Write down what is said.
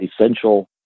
essential